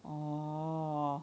oh